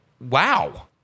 wow